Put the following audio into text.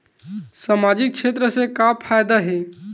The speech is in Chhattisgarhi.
सामजिक क्षेत्र से का फ़ायदा हे?